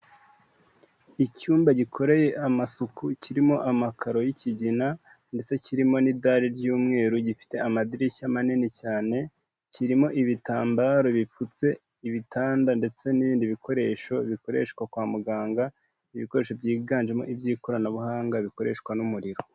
Icyumba gikoreye amasuku kirimo amakaro y'ikigina ndetse kirimo n'idari ry'umweru, gifite amadirishya manini cyane, kirimo ibitambaro bipfutse ibitanda ndetse n'ibindi bikoresho bikoreshwa kwa muganga, ibikoresho byiganjemo iby'ikoranabuhanga bikoreshwa n'umuriro.